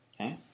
Okay